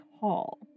Hall